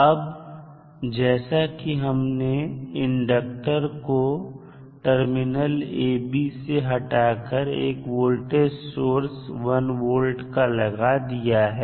अब जैसा कि हमने इंडक्टर को टर्मिनल "ab" से हटाकर एक वोल्टेज सोर्स 1 volt का लगा दिया है